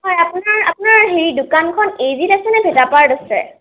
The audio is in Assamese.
হয় আপোনাৰ আপোনাৰ হেৰি দোকানখন এজিত আছে নে ভেটাপৰাত আছে